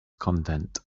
content